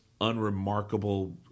unremarkable